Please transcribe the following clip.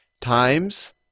times